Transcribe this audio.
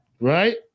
right